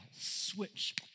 switch